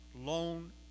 loan